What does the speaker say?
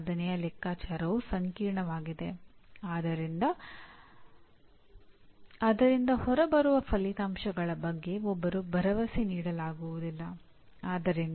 ಇದು ಪ್ರವೇಶ್ಯಗಳನ್ನು ಆಧಾರಿತ ಶಿಕ್ಷಣದ ವಿರುದ್ಧವಾಗಿದೆ ಅಲ್ಲಿ ಶೈಕ್ಷಣಿಕ ಪ್ರಕ್ರಿಯೆಗೆ ಒತ್ತು ನೀಡಲಾಗುತ್ತದೆ ಮತ್ತು ಫಲಿತಾಂಶವನ್ನು ಸ್ವೀಕರಿಸಲು ನಾವು ಸಂತೋಷಪಡುತ್ತೇವೆ